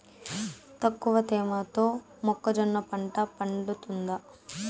తక్కువ తేమతో మొక్కజొన్న పంట పండుతుందా?